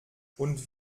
und